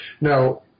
Now